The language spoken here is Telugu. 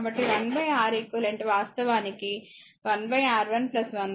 కాబట్టి 1 Req వాస్తవానికి 1 R1 1 R2